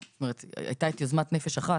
והייתה יוזמת "נפש אחת"